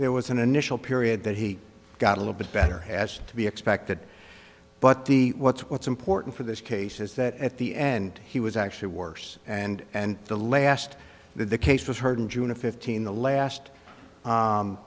there was an initial period that he got a little bit better as to be expected but the what's what's important for this case is that at the end he was actually worse and and the last that the case was heard in june and fifteen the last